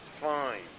fine